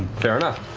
fair enough.